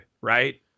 right